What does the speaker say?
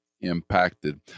impacted